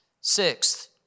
Sixth